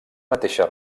mateixa